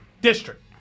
district